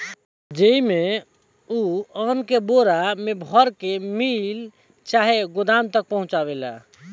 जेइमे, उ अन्न के बोरा मे भर के मिल चाहे गोदाम तक पहुचावेला